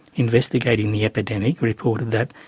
investigating the epidemic reported that,